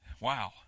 Wow